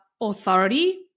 authority